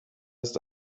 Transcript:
ist